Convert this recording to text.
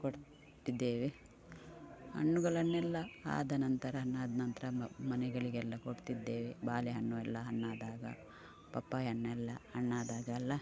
ಕೊಡ್ತಿದ್ದೇವೆ ಹಣ್ಣುಗಳನ್ನೆಲ್ಲ ಆದ ನಂತರ ಹಣ್ಣಾದ ನಂತರ ಮನೆಗಳಿಗೆಲ್ಲ ಕೊಡ್ತಿದ್ದೇವೆ ಬಾಳೆ ಹಣ್ಣು ಎಲ್ಲ ಹಣ್ಣಾದಾಗ ಪಪ್ಪಾಯ ಹಣ್ಣೆಲ್ಲ ಹಣ್ಣಾದಾಗ ಎಲ್ಲ